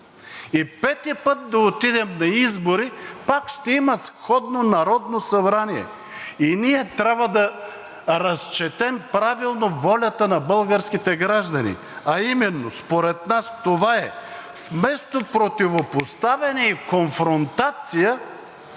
И пети път да отидем на избори, пак ще има сходно Народно събрание. Ние трябва да разчетем правилно волята на българските граждани, а именно според нас това е: вместо противопоставяне и конфронтация,